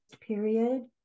period